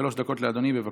שלוש דקות לאדוני, בבקשה.